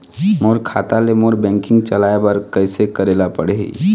मोर खाता ले मोर बैंकिंग चलाए बर कइसे करेला पढ़ही?